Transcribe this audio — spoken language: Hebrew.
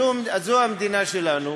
זאת המדינה שלנו